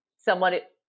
somewhat